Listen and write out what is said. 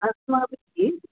अस्माभिः